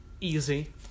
easy